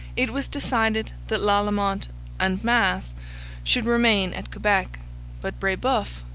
it was decided that lalemant and masse should remain at quebec but brebeuf,